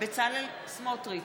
בצלאל סמוטריץ,